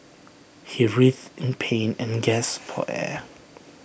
he writhed in pain and gasped for air